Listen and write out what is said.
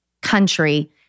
country